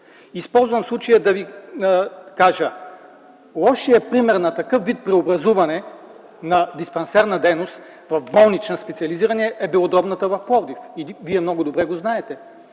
Използвам случая, за да Ви кажа – лошият пример на такъв вид преобразуване на диспансерна дейност в болнична специализирана, е Белодробната в Пловдив. И Вие много добре го знаете.